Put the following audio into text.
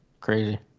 Crazy